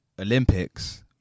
Olympics